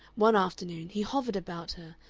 one afternoon, he hovered about her,